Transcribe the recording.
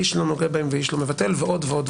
איש לא נוגע בהם ומבטל ועוד.